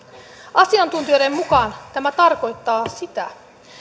asiantuntijoiden mukaan tämä tarkoittaa sitä